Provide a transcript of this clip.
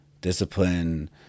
Discipline